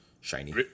shiny